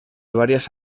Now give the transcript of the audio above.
varias